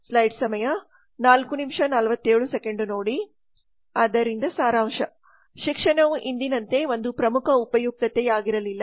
ಆದ್ದರಿಂದ ಸಾರಾಂಶ ಶಿಕ್ಷಣವು ಇಂದಿನಂತೆ ಒಂದು ಪ್ರಮುಖ ಉಪಯುಕ್ತತೆಯಾಗಿರಲಿಲ್ಲ